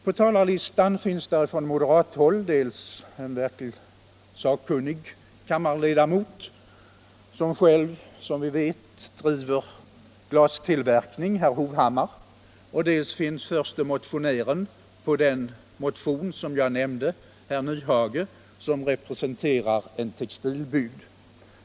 På talarlistan finns från moderat håll dels en verkligt sakkunnig kammarledarmot som själv — som vi vet — driver glastillverkning, herr Hovhammar, dels förste motionären bakom den motion som jag nämnde, herr Nyhage, som representerar en textilbygd.